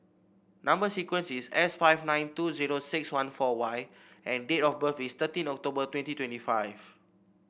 number sequence is S five nine two zero six one four Y and date of birth is thirteen October twenty twenty five